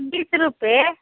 बीस रुपैए